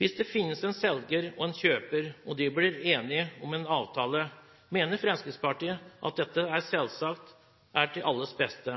Hvis det finnes en selger og en kjøper, og de blir enige om en avtale, mener Fremskrittspartiet at dette selvsagt er til alles beste.